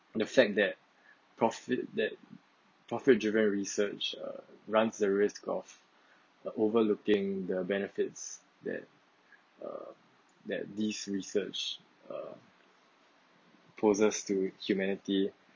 and the fact that profit that profit driven research uh runs the risk of overlooking the benefits that err that this research err poses to humanity